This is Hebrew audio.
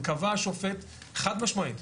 קבע השופט חד משמעית,